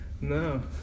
No